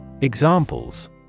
Examples